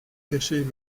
cacher